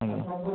ଆଜ୍ଞା